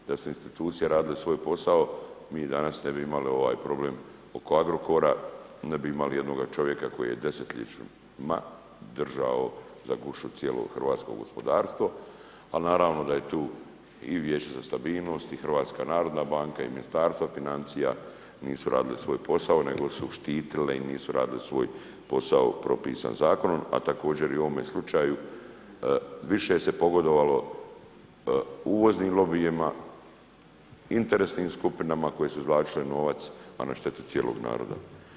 Da su institucije radile svoj posao mi danas ne bi imali ovaj problem oko Agrokora, ne bi imali jednoga čovjeka koji je desetljećima držao za gušu cijelo hrvatsko gospodarstvo, ali naravno da je tu i Vijeće za stabilnost i HNB i Ministarstvo financija nisu radili svoj posao nego su štitile i nisu radile svoj posao propisan zakonom, a također i u ovome slučaju više se pogodovalo uvoznim lobijima, interesnim skupinama koje su izvlačile novac, a na štetu cijelog naroda.